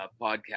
podcast